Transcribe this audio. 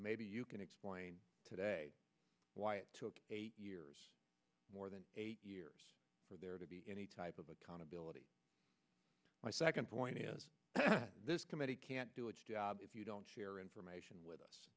maybe you can explain today why it took eight years more than a year for there to be any type of accountability my second point is this committee can't do it if you don't share information with us